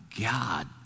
God